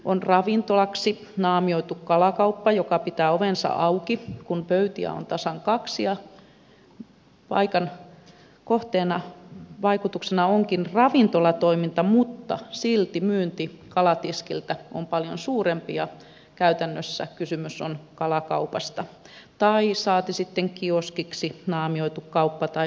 on ravintolaksi naamioitu kalakauppa joka pitää ovensa auki kun pöytiä on tasan kaksi ja paikan kohteena onkin ravintolatoiminta mutta silti myynti kalatiskiltä on paljon suurempi ja käytännössä kysymys on kalakaupasta saati sitten kioskiksi naamioitu kauppa tai huoltoasemat